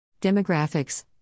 Demographics